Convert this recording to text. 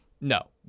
no